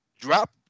drop